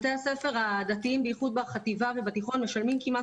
בתי הספר הדתיים בייחוד בחטיבה ובתיכון משלמים כמעט